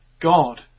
God